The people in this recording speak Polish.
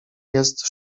jest